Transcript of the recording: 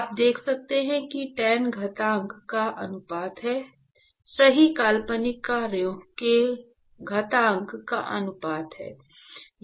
आप देख सकते हैं कि टैन घातांक का अनुपात है सही काल्पनिक कार्यों के घातांक का अनुपात है